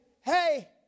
Hey